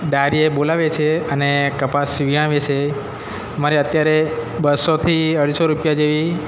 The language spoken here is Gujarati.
દાળીએ બોલાવે છે અને કપાસ વીણાવે છે મારે અત્યારે બસોથી અઢીસો રૂપિયા જેવી